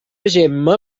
gemma